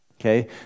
okay